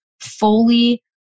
fully